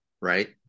right